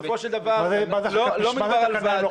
בשביל מה --- חקיקת משנה?